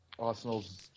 Arsenal's